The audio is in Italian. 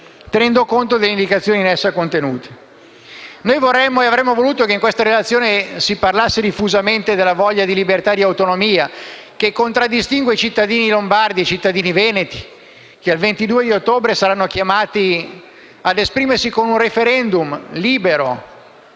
tenendo conto delle indicazioni in essa contenute. Avremmo voluto che nella relazione si fosse parlato diffusamente della voglia di libertà e autonomia che contraddistingue i cittadini lombardi e veneti, che il prossimo 22 ottobre saranno chiamati a esprimersi, con un *referendum* libero,